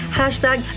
hashtag